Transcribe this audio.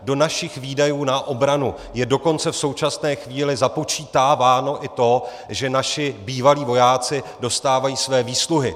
Do našich výdajů na obranu je dokonce v současné chvíli započítáváno i to, že naši bývalí vojáci dostávají své výsluhy.